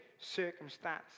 circumstance